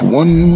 one